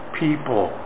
people